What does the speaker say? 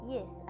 Yes